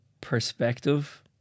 perspective